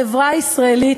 החברה הישראלית,